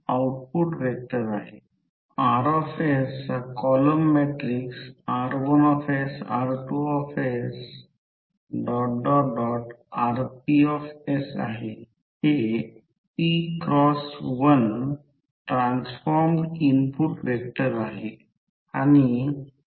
आणि प्रत्येक वेळी मिन पाथचा विचार करावा लागेल कारण या मटेरियलसाठी r 1600 दिलेले आहे आणि L1 L2 M12 M21शोधावे लागेल प्रत्येक कॉइल 1 अँपिअर करंटने एक्ससाईट केली आहे आणि प्रत्येक कॉइल 1 अँपिअर करंटने एक्ससाईट केली आहे हे फक्त यासाठी विचार केला जाईल